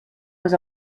was